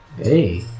hey